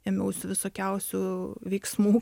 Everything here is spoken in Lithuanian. ėmiausi visokiausių veiksmų